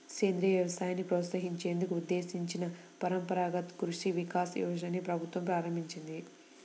సేంద్రియ వ్యవసాయాన్ని ప్రోత్సహించేందుకు ఉద్దేశించిన పరంపరగత్ కృషి వికాస్ యోజనని ప్రభుత్వం ప్రారంభించింది